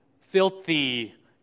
filthy